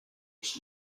was